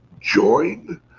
Join